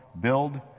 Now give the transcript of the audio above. build